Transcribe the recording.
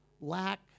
lack